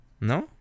No